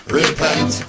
repent